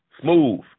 smooth